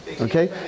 Okay